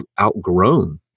outgrown